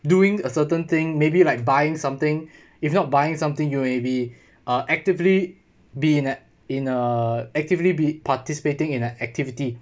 during a certain thing maybe like buying something if not buying something you're maybe uh actively been at in uh actively be participating in an activity